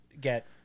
Get